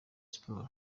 sports